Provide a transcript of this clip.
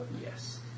Yes